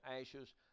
ashes